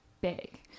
big